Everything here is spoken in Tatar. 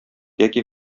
яки